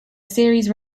series